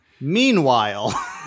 Meanwhile